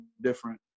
different